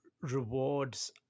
rewards